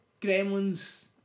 Gremlins